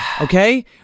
Okay